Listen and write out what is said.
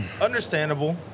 understandable